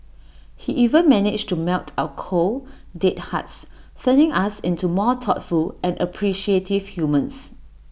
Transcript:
he even managed to melt our cold dead hearts turning us into more thoughtful and appreciative humans